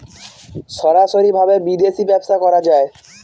সরাসরি ভাবে বিদেশী ব্যবসা করা যায়